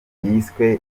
yiswe